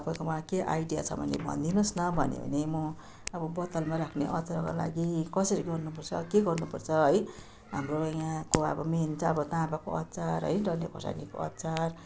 तपाईँकोमा केही आइडिया छ भने भनिदिनुहोस् न भन्यो भने म अब बोतलमा राख्ने अचारको लागि कसरी गर्नुपर्छ के गर्नुपर्छ है हाम्रो यहाँको अब मेन त अब तामाको अचार है डल्ले खोर्सानीको अचार